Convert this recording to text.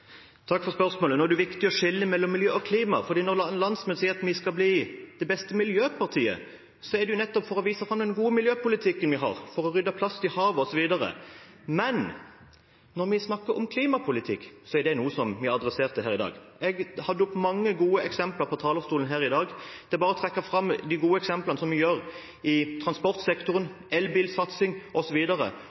Takk for spørsmålet. Nå er det viktig å skille mellom miljø og klima. Når landsmøtet sier at vi skal bli det beste miljøpartiet, er det nettopp for å vise fram den gode miljøpolitikken vi har – for å rydde plast i havet, osv. Men når vi snakker om klimapolitikk, er det noe som jeg adresserte her i dag – jeg hadde mange gode eksempler på talerstolen. Det er bare å trekke fram de gode eksemplene innen transportsektoren, elbilsatsing osv. Det gleder et Fremskrittsparti-hjerte at vi har en elbilsatsing som